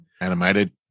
animated